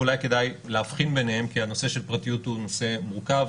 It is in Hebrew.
אולי כדאי להבחין ביניהם כי הנושא של פרטיות הוא נושא מורכב,